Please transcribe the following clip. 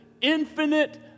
infinite